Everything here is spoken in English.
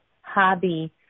hobby